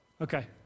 Okay